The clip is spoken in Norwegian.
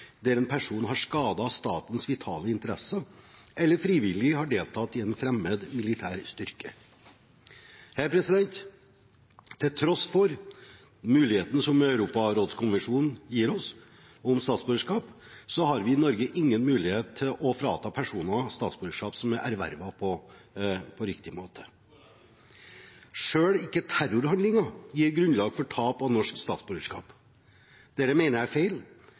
der en person har skadet statens vitale interesser eller frivillig har deltatt i en fremmed militær styrke. Til tross for muligheten som Europarådskonvensjonen gir oss om statsborgerskap, har vi i Norge ingen mulighet til å frata personer statsborgerskap som er ervervet på riktig måte. Selv ikke terrorhandlinger gir grunnlag for tap av norsk statsborgerskap. Dette mener jeg er feil.